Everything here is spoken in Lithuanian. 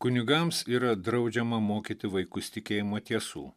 kunigams yra draudžiama mokyti vaikus tikėjimo tiesų